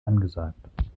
angesagt